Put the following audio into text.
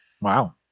Wow